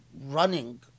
running